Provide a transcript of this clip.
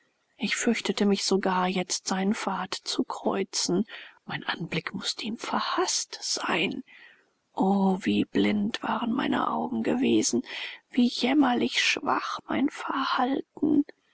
ich fürchtete mich sogar jetzt seinen pfad zu kreuzen mein anblick mußte ihm verhaßt sein o wie blind waren meine augen gewesen wie jämmerlich schwach mein verhalten